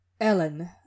Ellen